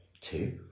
Two